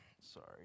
sorry